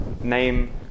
Name